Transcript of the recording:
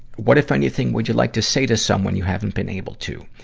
what, if anything, would you like to say to someone you haven't been able to?